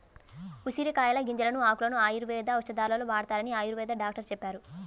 ఉసిరికాయల గింజలను, ఆకులను ఆయుర్వేద ఔషధాలలో వాడతారని ఆయుర్వేద డాక్టరు చెప్పారు